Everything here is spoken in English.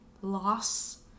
loss